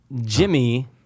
Jimmy